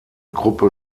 gruppe